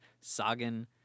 Sagan